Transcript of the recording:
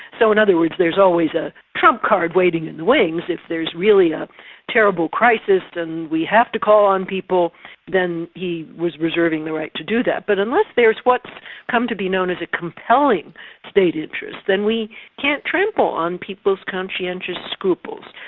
so in other words, there's always a trump card waiting in the wings if there's really a terrible crisis and we have to call on people then he was reserving the right to do that. but unless there's what's come to be known as a compelling state interest, then we can't trample on people's conscientious scruples.